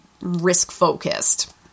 risk-focused